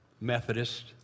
Methodist